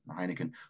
Heineken